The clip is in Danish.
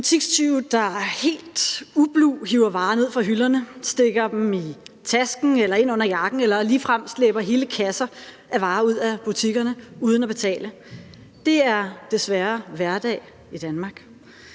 Butikstyve, der helt ublu hiver varer ned fra hylderne, stikker dem i tasken eller ind under jakken eller ligefrem slæber hele kasser af varer ud af butikkerne uden at betale, er desværre hverdag i Danmark.